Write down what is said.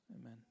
Amen